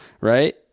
right